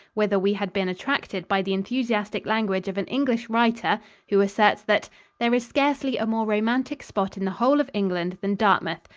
whither we had been attracted by the enthusiastic language of an english writer who asserts that there is scarcely a more romantic spot in the whole of england than dartmouth.